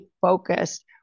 focused